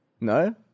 No